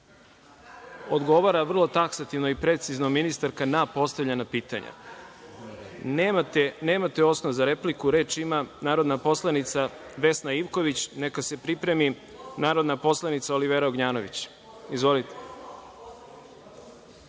rekla.)Odgovara vrlo taksativno i precizno ministarka na postavljena pitanja. Nemate osnov za repliku. Reč ima narodna poslanica Vesna Ivković, neka se pripremi narodna poslanica Olivera Ognjanović.(Vjerica